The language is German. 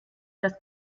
das